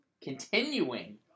continuing